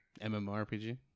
MMORPG